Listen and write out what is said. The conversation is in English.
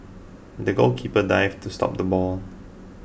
the goalkeeper dived to stop the ball